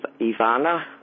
Ivana